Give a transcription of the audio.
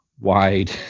wide